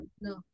No